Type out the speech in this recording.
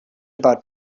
about